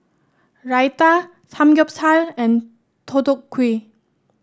Raita Samgyeopsal and Deodeok Gui